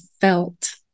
felt